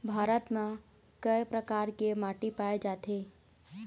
भारत म कय प्रकार के माटी पाए जाथे?